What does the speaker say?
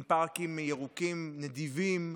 עם פארקים ירוקים נדיבים,